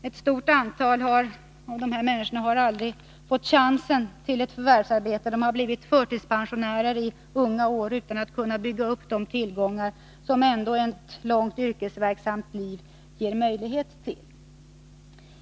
Ett stort antal av dessa människor har aldrig fått chansen till ett förvärvsarbete. De har blivit förtidspensionärer i unga år, utan att ha kunnat bygga upp de tillgångar som ett långt yrkesverksamt liv ändå ger möjlighet till.